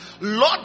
Lord